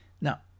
Now